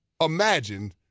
imagine